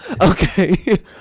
Okay